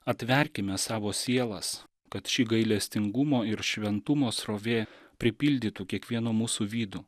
atverkime savo sielas kad ši gailestingumo ir šventumo srovė pripildytų kiekvieno mūsų vidų